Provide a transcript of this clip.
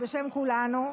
בשם כולנו.